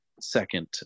second